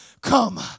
come